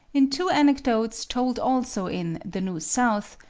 in two anecdotes, told also in the new south,